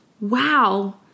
Wow